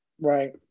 Right